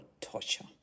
torture